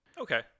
Okay